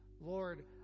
Lord